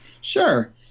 Sure